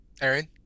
Aaron